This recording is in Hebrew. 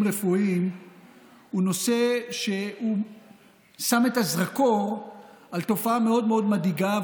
רפואיים הוא נושא ששם את הזרקור על תופעה מאוד מאוד מדאיגה.